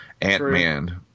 Ant-Man